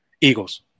Eagles